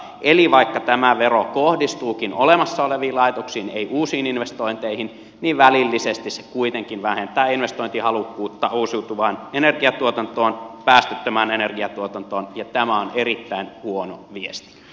eli vaikka tämä vero kohdistuukin olemassa oleviin laitoksiin ei uusiin investointeihin niin välillisesti se kuitenkin vähentää investointihalukkuutta uusiutuvaan energiatuotantoon päästöttömään energiatuotantoon ja tämä on erittäin huono viesti